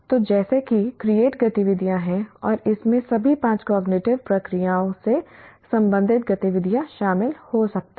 तो जैसे कि क्रिएट गतिविधियाँ हैं और इसमें सभी पाँच कॉग्निटिव प्रक्रियाओं से संबंधित गतिविधियाँ शामिल हो सकती हैं